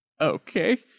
Okay